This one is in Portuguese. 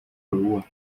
lua